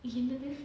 என்னது:ennathu